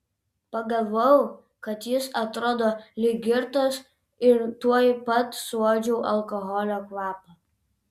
pagalvojau kad jis atrodo lyg girtas ir tuoj pat suuodžiau alkoholio kvapą